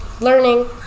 learning